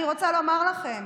אני רוצה לומר לכם,